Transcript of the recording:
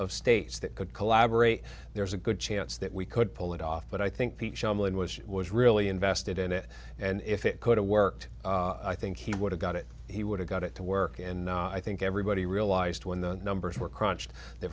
of states that could collaborate there's a good chance that we could pull it off but i think peter shumlin was was really invested in it and if it could have worked i think he would have got it he would have got it to work and i think everybody realized when the numbers were crunched the